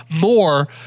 more